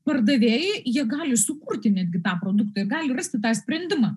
pardavėjai jie gali sukurti netgi tą produktą jie gali rasti tą sprendimą